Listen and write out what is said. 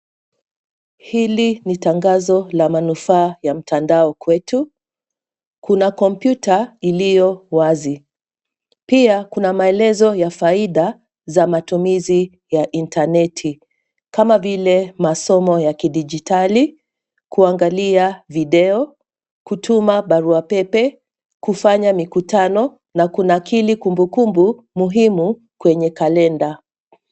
Hili ni tangazo la manufaa ya mtandao kwetu. Kuna kompyuta iliyo wazi, pia kuna maelezo ya faida za matumizi ya intaneti kama vile masomo ya kidijitali, kuangalia video, kutuma barua pepe, kufanya mikutano na kunakili kumbukumbu muhimu kwenye kalenda.